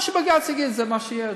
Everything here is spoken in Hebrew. מה שבג"ץ יגיד זה מה שיהיה,